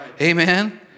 Amen